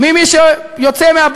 אבל הוא בן מוות.